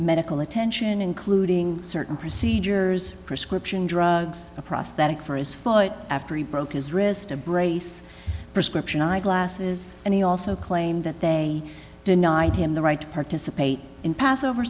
medical attention including certain procedures prescription drugs a prosthetic for his foot after he broke his wrist a brace prescription eyeglasses and he also claimed that they denied him the right to participate in passover